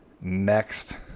next